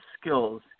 skills